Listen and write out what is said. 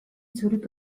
zurück